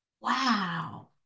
wow